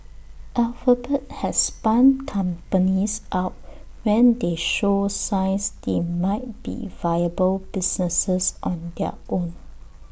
alphabet has spun companies out when they show signs they might be viable businesses on their own